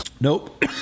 Nope